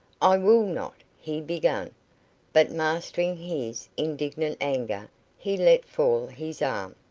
i will not he began but mastering his indignant anger he let fall his arm.